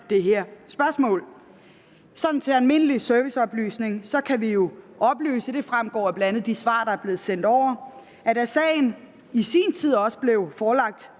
det her spørgsmål. Sådan som almindelig serviceoplysning kan vi jo oplyse – det fremgår bl.a. af de svar, der er blevet sendt over – at da sagen i sin tid, i år 2000, blev forelagt